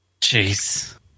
Jeez